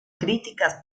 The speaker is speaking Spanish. críticas